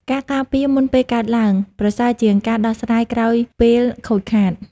ការការពារមុនពេលកើតឡើង ប្រសើរជាងការដោះស្រាយក្រោយពេលខូចខាត។